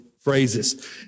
phrases